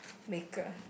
maker